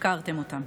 הפקרתם אותם.